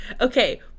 Okay